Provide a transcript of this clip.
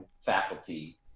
faculty